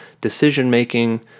decision-making